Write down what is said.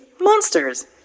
monsters